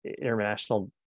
international